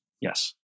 Yes